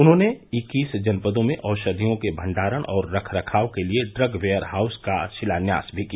उन्होंने इक्कीस जनपदों में औषधियों के भण्डारण और रख रखाव के लिये ड्रग वेयर हाउस का शिलान्यास भी किया